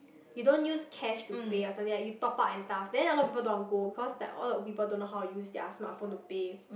you don't use cash to pay or something like that you top up and stuff then a lot of people don't want to go because like all the old people don't know how to use their smart phones to pay